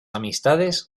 amistades